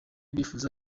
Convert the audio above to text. bifuza